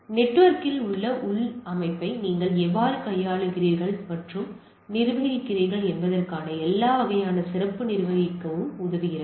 நெட்வொர்க்கில் உங்கள் உள் அமைப்பை நீங்கள் எவ்வாறு கையாளுகிறீர்கள் மற்றும் நிர்வகிக்கிறீர்கள் என்பதற்கான எல்லாவற்றையும் சிறப்பாக நிர்வகிக்க இது உதவுகிறது